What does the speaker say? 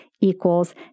equals